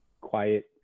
quiet